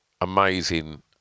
amazing